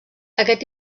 aquest